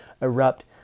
erupt